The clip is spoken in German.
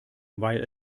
weil